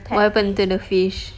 what happened to the fish